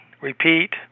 repeat